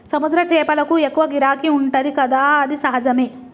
సముద్ర చేపలకు ఎక్కువ గిరాకీ ఉంటది కదా అది సహజమే